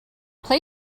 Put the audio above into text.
play